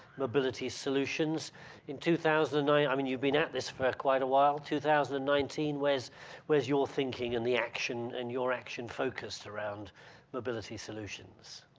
mobility solutions in two thousand and nine. i mean, you've been at this for quite awhile two thousand and nineteen where's where's your thinking and the action and your action focused around mobility solutions.